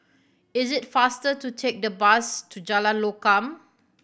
it is faster to take the bus to Jalan Lokam